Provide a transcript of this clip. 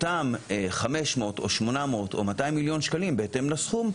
אותם 500 או 800 או 200 מיליון שקלים בהתאם לסכום,